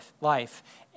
life